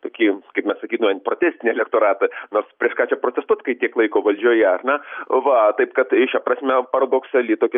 tokį kaip mes sakytumėm protestinį elektoratą nors prieš ką čia protestuot kai tiek laiko valdžioje ar ne va taip kad šia prasme paradoksali tokia